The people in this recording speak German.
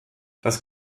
das